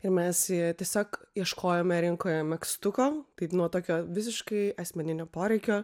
ir mes tiesiog ieškojome rinkoje megztuko kaip nuo tokio visiškai asmeninio poreikio